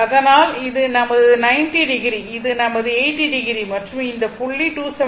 அதனால் இது நமது 90o இது நமது 80o மற்றும் இந்த புள்ளி 270o